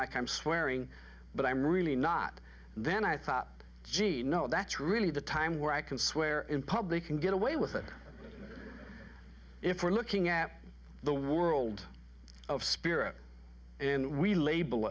like i'm swearing but i'm really not then i thought gee no that's really the time where i can swear in public and get away with it if we're looking at the world of spirit and we label